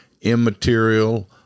immaterial